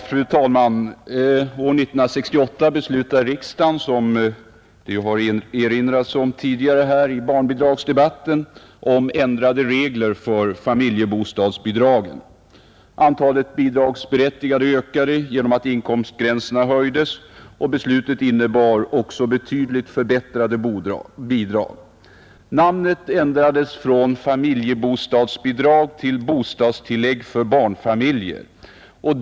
Fru talman! År 1968 beslutade riksdagen, som det erinrades om tidigare i dag i barnbidragsdebatten, om ändrade regler för familjebostatsbidragen. Antalet bidragsberättigade ökade genom att inkomstgränserna höjdes, och beslutet innebar också betydligt förbättrade bidrag. Namnet ändrades från familjebostadsbidrag till bostadstillägg för barnfamiljer.